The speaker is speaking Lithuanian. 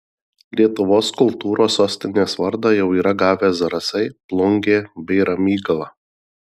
lietuvos kultūros sostinės vardą jau yra gavę zarasai plungė bei ramygala